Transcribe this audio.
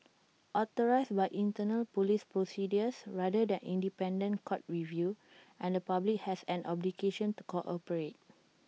authorised by internal Police procedures rather than independent court review and the public has an obligation to cooperate